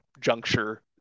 juncture